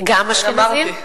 גם אשכנזים.